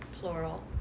plural